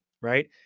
Right